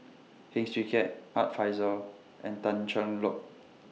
Heng Swee Keat Art Fazil and Tan Cheng Lock